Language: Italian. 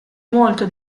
molto